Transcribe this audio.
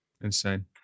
Insane